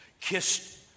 kissed